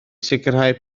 sicrhau